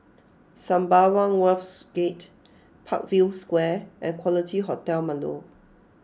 Sembawang Wharves Gate Parkview Square and Quality Hotel Marlow